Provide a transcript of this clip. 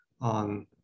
on